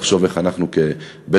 לחשוב איך אנחנו כבית-מחוקקים,